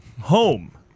Home